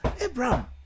Abraham